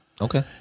Okay